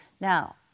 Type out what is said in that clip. Now